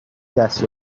دست